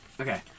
Okay